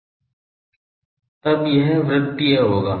तब यह वर्त्तीय होगा